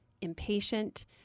impatient